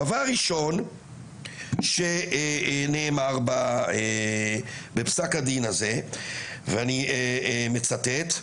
דבר ראשון שנאמר בפסק הדין הזה ואני מצטט: